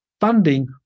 funding